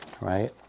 right